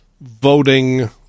voting